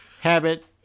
Habit